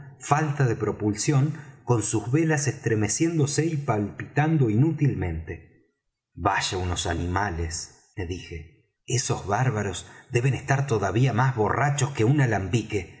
falta de propulsión con sus velas estremeciéndose y palpitando inútilmente vaya unos animales me dije esos bárbaros deben estar todavía más borrachos que un alambique